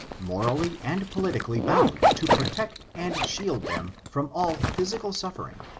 morally and politically bound to protect and shield them from all physical suffering,